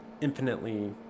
infinitely